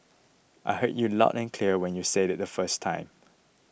I heard you loud and clear when you said it the first time